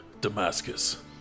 Damascus